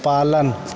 पालन